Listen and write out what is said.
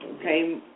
okay